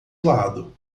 lado